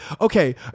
Okay